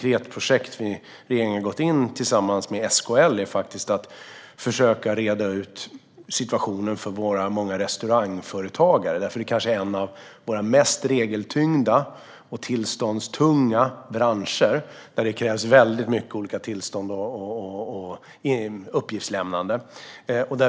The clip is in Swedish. Regeringen har tillsammans med SKL försökt att reda ut situationen för restaurangföretagare. Det är kanske en av de mest regeltyngda och tillståndstunga branscherna, där det krävs många olika tillstånd och uppgiftslämnanden.